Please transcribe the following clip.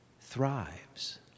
thrives